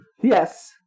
Yes